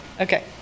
Okay